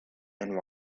and